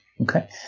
Okay